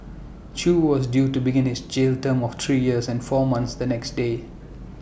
chew was due to begin his jail term of three years and four months the next day